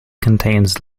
contains